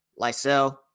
Lysel